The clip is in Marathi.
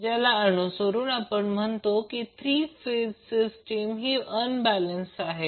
ज्याला अनुसरून आपण म्हणू शकतो की 3 फेज सिस्टीम ही अनबॅलेन्स आहे